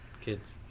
Kids